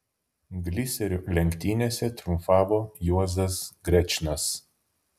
gliserių lenktynėse triumfavo juozas grečnas